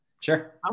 Sure